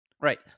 Right